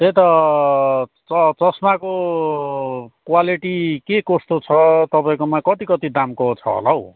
त्यही त च चस्माको क्वालिटी के कस्तो छ तपाईँकोमा कति कति दामको छ होला हौ